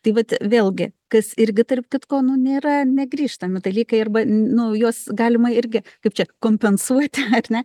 tai vat vėlgi kas irgi tarp kitko nu nėra negrįžtami dalykai arba nu juos galima irgi kaip čia kompensuoti ar ne